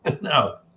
No